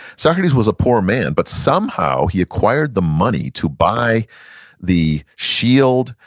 socrates was a poor man, but somehow he acquired the money to buy the shield,